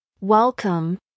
Welcome